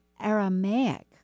Aramaic